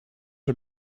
are